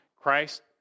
Christ